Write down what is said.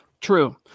True